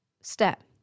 step